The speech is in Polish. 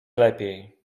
lepiej